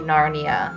Narnia